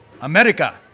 America